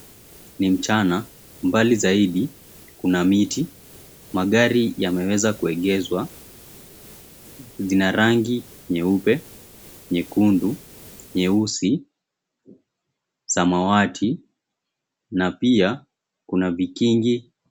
Ni mchana mbali zaidi kuna miti, magari yamewezwa kuegezwa zinarangi nyeupe, nyekundu, nyeusi, samawati na pia kuna vigingi.